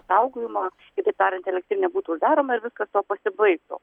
saugojimo kitaip tariant elektrinė būtų uždaroma ir viskas tuo pasibaigtų